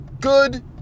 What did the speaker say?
Good